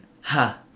Ha